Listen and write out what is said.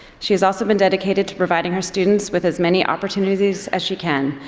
she has also been dedicated to providing her students with as many opportunities as she can,